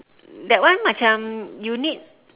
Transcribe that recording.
that one macam you need